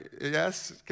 yes